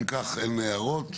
אם כך, אין הערות.